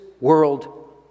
world